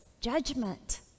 judgment